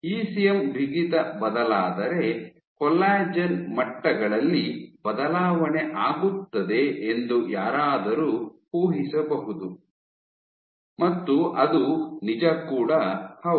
ECM ಬಿಗಿತ ಬದಲಾದರೆ collagen ಮಟ್ಟಗಳಲ್ಲಿ ಬದಲಾವಣೆ ಆಗುತ್ತದೆ ಎಂದು ಯಾರಾದರೂ ಊಹಿಸಬಹುದು ಮತ್ತು ಅದು ನಿಜ ಕೂಡ ಹೌದು